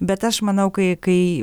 bet aš manau kai kai